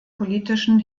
politischen